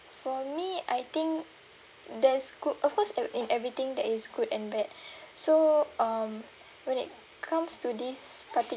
for me I think there's good of course ev~ in everything there is good and bad so um when it comes to this parti~